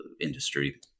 industry